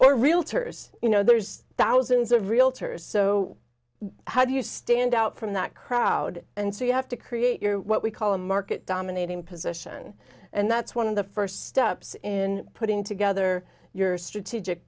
or realtors you know there's thousands of realtors so how do you stand out from that crowd and say you have to create your what we call a market dominating position and that's one of the are steps in putting together your strategic